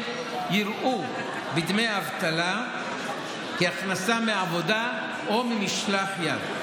יראו בדמי האבטלה הכנסה מעבודה או ממשלח יד.